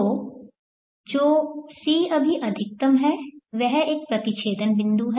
तो जो c अभी अधिकतम है वहां एक प्रतिच्छेदन बिंदु है